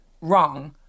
wrong